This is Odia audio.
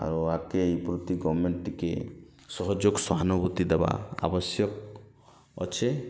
ଆରୁ ଆଗ୍କେ ଏଇ ପ୍ରତି ଗମେଣ୍ଟ ଟିକେ ସହଯୋଗ ସହାନୁଭୂତି ଦବା ଆବଶ୍ୟକ ଅଛି